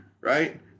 Right